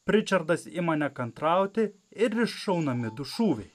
pričardas ima nekantrauti ir iššaunami du šūviai